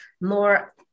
more